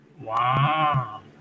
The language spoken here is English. Wow